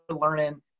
learning